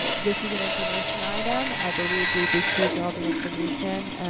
um this is an information item. i believe we've received all the information.